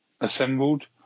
assembled